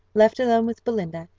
left alone with belinda,